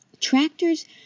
Tractors